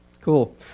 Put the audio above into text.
cool